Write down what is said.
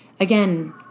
Again